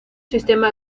sistema